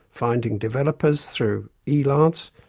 finding developers through elance,